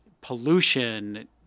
pollution